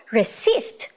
resist